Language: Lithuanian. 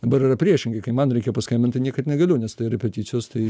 dabar yra priešingai kai man reikia paskambint tai niekad negaliu nes tai repeticijos tai